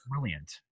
Brilliant